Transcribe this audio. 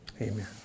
Amen